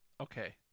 okay